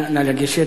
לגשת.